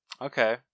Okay